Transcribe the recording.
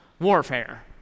warfare